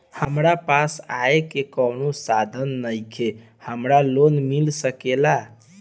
हमरा पास आय के कवनो साधन नईखे हमरा लोन मिल सकेला?